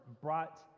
brought